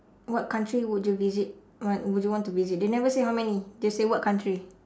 what country would you visit what would you want to visit they never say how many they say what country